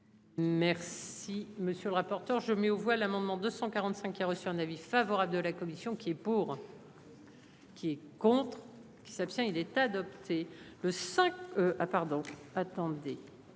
Merci monsieur le rapporteur. Je mets aux voix l'amendement 245 qui a reçu un avis favorable de la commission qui est pour. Qui est contre qui s'abstient il est adopté,